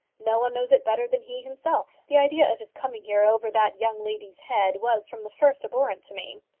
no one knows it better than he himself. the idea of his coming here over that young lady's head was from the first abhorrent to me.